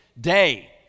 day